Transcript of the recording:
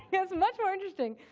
that's much more interesting.